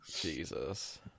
jesus